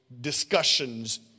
discussions